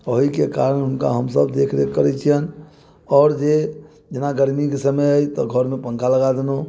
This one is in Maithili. ओहीके कारण हुनका हमसब देख रेख करै छियनि आओर जे जेना गरमीके समय अइ तऽ घरमे पङ्खा लगा देलहुँ